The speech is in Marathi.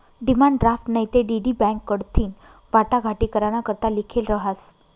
डिमांड ड्राफ्ट नैते डी.डी बॅक कडथीन वाटाघाटी कराना करता लिखेल रहास